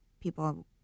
people